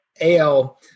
AL